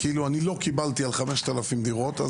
אני לא קיבלתי על 5,000 דירות.